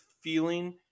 feeling